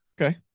Okay